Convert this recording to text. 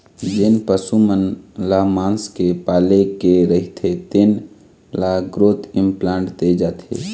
जेन पशु मन ल मांस बर पाले गे रहिथे तेन ल ग्रोथ इंप्लांट दे जाथे